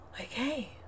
okay